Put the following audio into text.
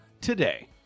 today